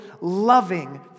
loving